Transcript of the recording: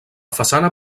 façana